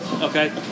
Okay